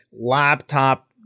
laptop